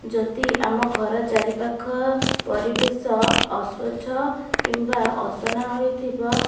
ଯଦି ଆମ ଘର ଚାରିପାଖ ପରିବେଶ ଅସ୍ୱଚ୍ଛ କିମ୍ବା ଅସନା ହୋଇଥିବ